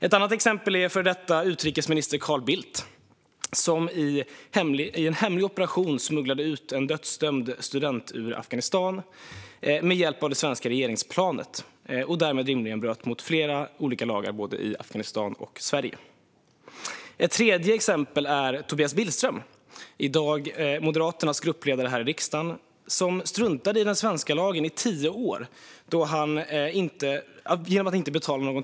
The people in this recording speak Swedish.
Ett annat exempel är före detta utrikesminister Carl Bildt, som i en hemlig operation smugglade ut en dödsdömd student ur Afghanistan med hjälp av det svenska regeringsplanet och därmed rimligen bröt mot flera olika lagar både i Afghanistan och i Sverige. Ett tredje exempel är Tobias Billström, i dag Moderaternas gruppledare i riksdagen, som struntade i den svenska lagen i tio år genom att inte betala tv-licens.